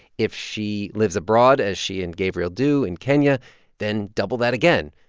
if she lives abroad as she and gabriel do, in kenya then double that again.